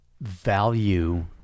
value